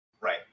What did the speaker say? Right